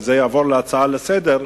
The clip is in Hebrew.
שזה יעבור להצעה לסדר-היום,